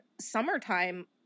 Summertime